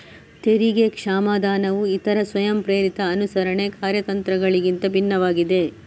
ತೆರಿಗೆ ಕ್ಷಮಾದಾನವು ಇತರ ಸ್ವಯಂಪ್ರೇರಿತ ಅನುಸರಣೆ ಕಾರ್ಯತಂತ್ರಗಳಿಗಿಂತ ಭಿನ್ನವಾಗಿದೆ